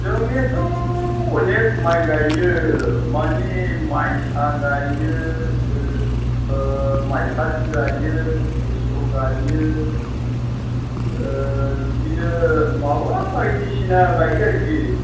जोंनियाथ' अनेख माइ गाइयो मानि माइसा गायो जो माइसालि गायो सेस' गायो बिदिनो माबा बायदिसिना गायो आरोखि